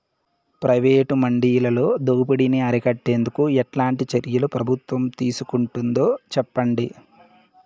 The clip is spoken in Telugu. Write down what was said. ప్రైవేటు మండీలలో దోపిడీ ని అరికట్టేందుకు ఎట్లాంటి చర్యలు ప్రభుత్వం తీసుకుంటుందో చెప్పండి?